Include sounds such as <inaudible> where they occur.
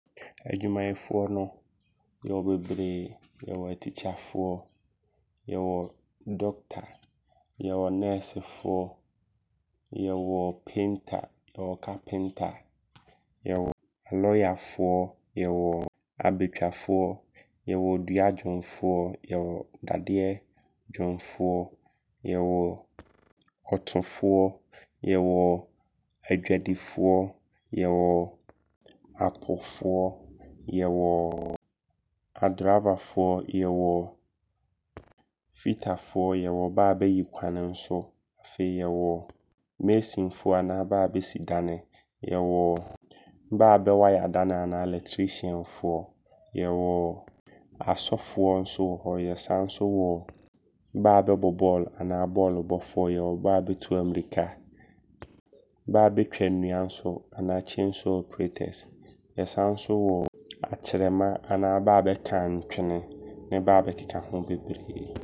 Adwumayɛfoɔ no yɛwɔ bebree. <noise> Yɛwɔ atikyafoɔ. Yɛwɔ doctor Yɛwɔ nɛɛsefoɔ Yɛwɔ painter. Yɛwɔ kapenta. Yɛwɔ lɔyafoɔ. Yɛwɔ abɛtwafoɔ. Yɛwɔ duadwomfoɔ. Yɛwɔ dadeɛdwomfoɔ. Yɛwɔ ɔtofoɔ. Yɛwɔ adwadifoɔ. Yɛwɔ apofoɔ Yɛwɔ <noise> adriverfoɔ. Yɛwɔ fitafoɔ. Yɛwɔ bɛ a bɛyikwane nso. Afei yɛwɔ masonfoɔ anaa bɛ a bɛsi dane. Yɛwɔ bɛ a bɛwaya dane anaa electricianfoɔ. Yɛwɔ asɔfoɔ nso wɔ hɔ. Yɛsan nso wɔ bɛ a bɛbɔ bɔɔlo anaa bɔɔlobɔfoɔ. Yɛwɔ bɛ abɛtu ammirika. Bɛ a bɛtwa nnua nso anaa chainsaw operators. Yɛsan nso wɔ akyerɛma anaa bɛ a bɛka ntwene. Ne bɛ a bɛkeka ho bebree.